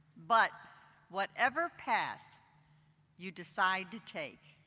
but whatever path you decide to take,